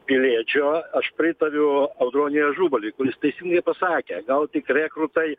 piliečio aš pritariu audroniui ažubaliui kuris teisingai pasakė gal tik rekrutai